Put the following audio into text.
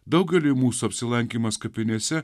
daugeliui mūsų apsilankymas kapinėse